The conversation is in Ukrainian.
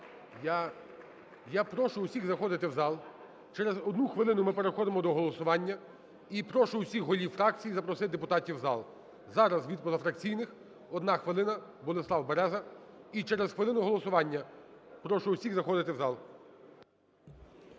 я прошу всіх заходити в зал, через одну хвилину ми переходимо до голосування, і прошу всіх голів фракцій запросити депутатів в зал. Зараз від позафракційних одна хвилина Борислав Береза. І через хвилину голосування. Прошу всіх заходити в зал.